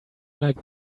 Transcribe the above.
like